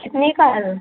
कितने का है वो